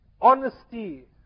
honesty